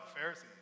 Pharisees